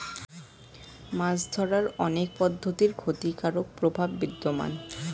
মাছ ধরার অনেক পদ্ধতির ক্ষতিকারক প্রভাব বিদ্যমান